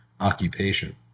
occupation